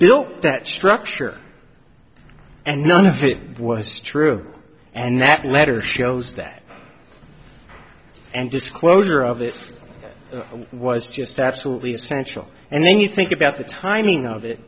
built that structure and none of it was true and that letter shows that and disclosure of this was just absolutely essential and then you think about the timing of it